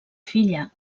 filla